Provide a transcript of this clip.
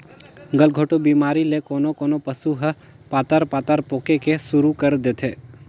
गलघोंटू बेमारी ले कोनों कोनों पसु ह पतार पतार पोके के सुरु कर देथे